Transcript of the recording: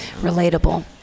relatable